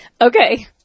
Okay